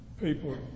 people